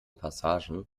passagen